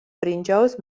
ბრინჯაოს